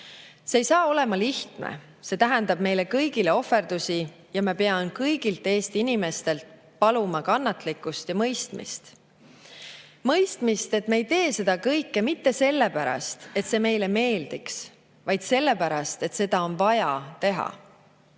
See ei saa olema lihtne, see tähendab meile kõigile ohverdusi ja ma pean kõigilt Eesti inimestelt paluma kannatlikkust ja mõistmist. Mõistmist, et me ei tee seda kõike mitte sellepärast, et see meile meeldiks, vaid sellepärast, et seda on vaja teha.